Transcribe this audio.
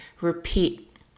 repeat